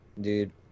dude